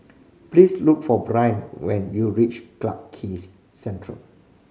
please look for Bryn when you reach Clarke Quay Central